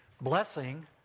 Blessing